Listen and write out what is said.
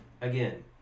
Again